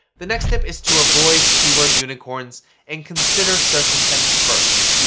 the next tip is to avoid keyword unicorns and consider search intent first.